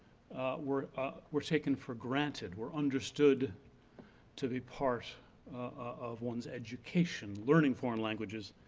were were taken for granted, were understood to be part of one's education, learning foreign languages,